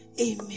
Amen